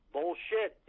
Bullshit